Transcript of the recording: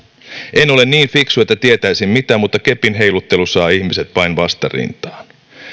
en ole niin fiksu että tietäisin mitä mutta kepin heiluttelu saa ihmiset vain vastarintaan